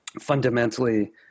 fundamentally